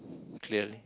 clearly